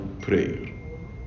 prayer